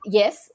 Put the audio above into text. yes